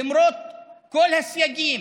למרות כל הסייגים,